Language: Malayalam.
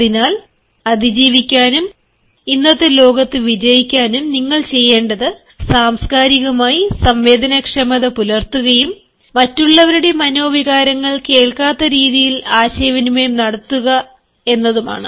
അതിനാൽ അതിജീവിക്കാനും ഇന്നത്തെ ലോകത്ത് വിജയിക്കാനും നിങ്ങൾ ചെയ്യേണ്ടത് സാംസ്കാരികമായി സംവേദനക്ഷമത പുലർത്തുകയും മറ്റുള്ളവരുടെ മനോവികാരങ്ങൾ കേൾക്കാത്ത രീതിയിൽ ആശയവിനിമയം നടത്തുക എന്നതാണ്